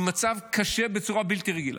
הוא מצב קשה בצורה בלתי רגילה.